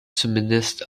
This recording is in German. zumindest